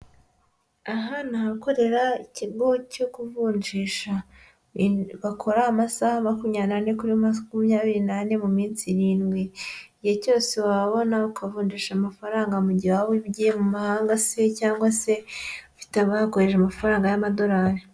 Aha hakorera ikigo cyo kuvunjisha, bakora amasaha 24/24 mu minsi 7 igihe cyose wabona ukavunjisha amafaranga mu gihe ahogiye mu mahanga se cyangwa se ufite abakoherereje amafaranga y'amadolari.